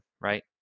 right